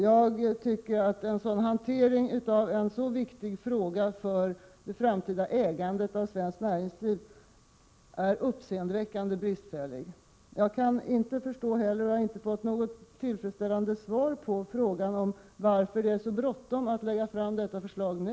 Jag tycker att en sådan hantering av en så viktig fråga för det framtida ägandet av svenskt näringsliv är uppseendeväckande bristfällig. Jag kan inte heller förstå och har inte fått något tillfredsställande svar på frågan varför det är så bråttom att lägga fram detta förslag nu.